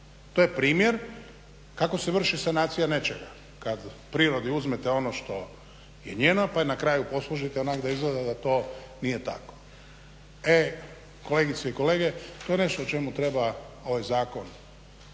To je primjer kako se vrši sanacija nečega kad prirodi uzmete ono što je njeno pa je na kraju poslužite onako da izgleda da to nije tako. E, kolegice i kolege to je nešto o čemu treba ovaj zakon,